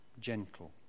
gentle